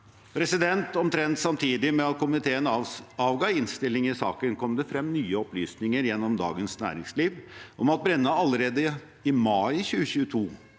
Brenna. Omtrent samtidig med at komiteen avga innstilling i saken, kom det frem nye opplysninger gjennom Dagens Næringsliv om at Brenna allerede i mai 2022